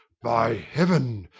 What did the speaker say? by heaven!